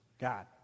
God